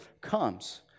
comes